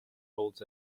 holds